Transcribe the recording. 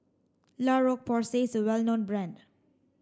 La Roche Porsay is a well known brand